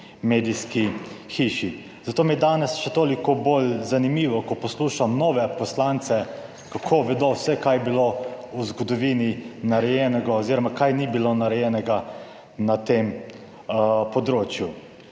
medijski hiši. Zato mi je danes še toliko bolj zanimivo, ko poslušam nove poslance kako vedo vse, kar je bilo v zgodovini narejenega oziroma kaj ni bilo narejenega na tem področju.